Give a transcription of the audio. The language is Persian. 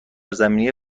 زمینه